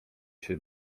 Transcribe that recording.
się